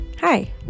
Hi